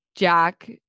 Jack